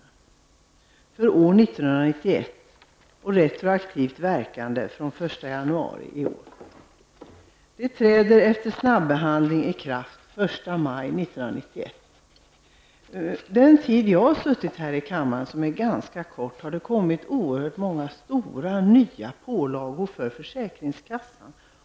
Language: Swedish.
Det gäller för år 1991 och retroaktivt från den 1 januari i år. Beslutet träder, efter snabbehandling, i kraft den 1 maj 1991. Under den tid som jag har suttit här i kammaren -- den är ganska kort -- har det kommit oerhört många stora, nya pålagor för försäkringskassan.